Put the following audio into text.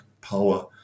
power